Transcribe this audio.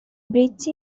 bridge